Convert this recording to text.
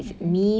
mm mm